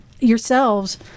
yourselves